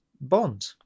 bond